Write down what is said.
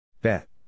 Bet